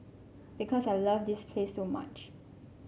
because I love this place so much